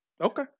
Okay